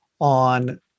on